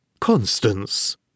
Constance